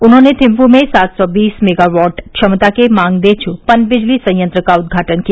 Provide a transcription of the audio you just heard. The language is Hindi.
उन्होंने थिम्फू में सात सौ बीस मेगावाट क्षमता के मांगदेछु पनबिजली संयंत्र का उद्घाटन किया